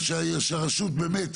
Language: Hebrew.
שהרשות באמת,